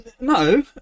No